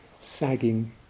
sagging